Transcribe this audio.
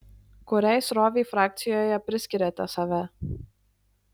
kuriai srovei frakcijoje priskiriate save